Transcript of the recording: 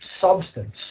substance